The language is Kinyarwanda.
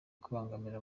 kubangamira